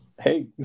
Hey